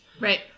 Right